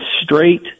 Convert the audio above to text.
straight –